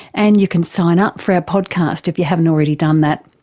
and you can sign up for our podcast if you haven't already done that.